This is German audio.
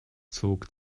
zog